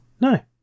No